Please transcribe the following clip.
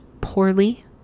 poorly